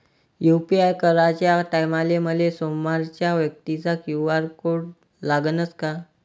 UPI कराच्या टायमाले मले समोरच्या व्यक्तीचा क्यू.आर कोड लागनच का?